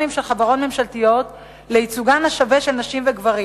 של חברות ממשלתיות לייצוגם השווה של נשים וגברים,